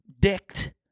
Dict